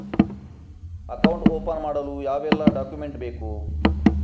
Account open ಮಾಡಲು ಯಾವೆಲ್ಲ document ಬೇಕು?